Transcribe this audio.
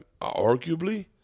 arguably